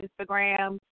Instagram